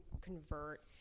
convert